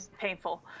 painful